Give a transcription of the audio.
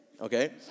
Okay